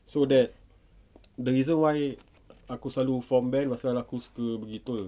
so that the reason why aku selalu form band pasal aku suka pergi tour